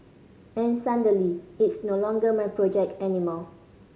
and suddenly it's no longer my project anymore